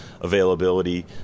availability